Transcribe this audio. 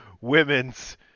women's